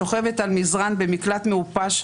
שוכבת על מזרן במקלט מעופש,